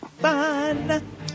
fun